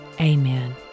amen